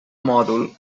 mòdul